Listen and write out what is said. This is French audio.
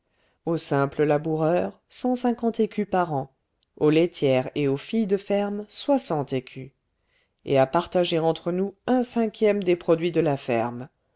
aux simples laboureurs cent cinquante écus par an aux laitières et aux filles de ferme soixante écus et à partager entre nous un cinquième des produits de la ferme